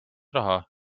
raha